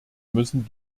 müssen